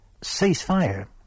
ceasefire